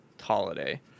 holiday